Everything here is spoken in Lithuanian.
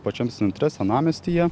pačiam centre senamiestyje